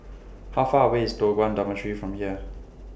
How Far away IS Toh Guan Dormitory from here